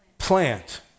plant